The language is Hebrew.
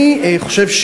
אני חושב,